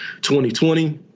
2020